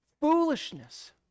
Foolishness